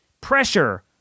pressure